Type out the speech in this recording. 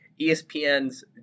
ESPN's